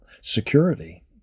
security